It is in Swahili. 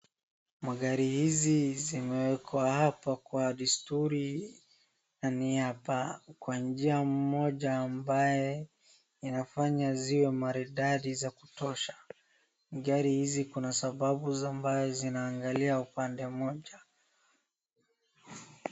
Magari hizi zimewekwa hapa kwa desturi, na nia hapa kwa njia moja ambaye inafanya ziwe maridadi za kutosha, gari hizi kuna sababu ambaye zinaangalia upande mmoja.